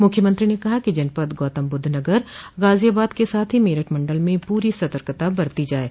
मुख्यमंत्री ने कहा कि जनपद गौतमबुद्ध नगर गाजियाबाद के साथ ही मेरठ मंडल में पूरी सतर्कता बरती जाये